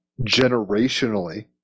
generationally